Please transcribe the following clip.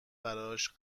براش